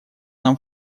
нам